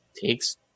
takes